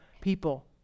people